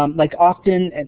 um like often and